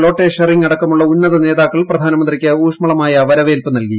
ലോട്ടെ ഷെറിങ് അടക്കമുള്ള ഉന്നത നേതാക്കൾ പ്രധാനമന്ത്രിക്ക് ഉഷ്മളമായ വരവേൽപ്പ് നൽകി